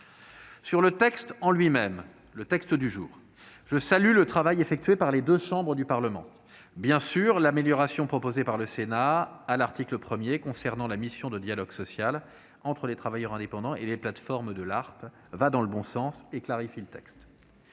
au texte lui-même, et je salue le travail effectué par les deux chambres du Parlement. Bien sûr, l'amélioration proposée par le Sénat à l'article 1, qui vise à confier à l'ARPE la mission de réguler le dialogue social entre les travailleurs indépendants et les plateformes de l'ARPE, va dans le bon sens et clarifie le texte.